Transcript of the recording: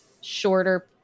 shorter